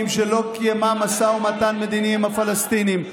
שלא קיימה משא ומתן מדיני עם הפלסטינים.